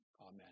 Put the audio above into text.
amen